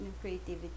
creativity